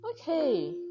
Okay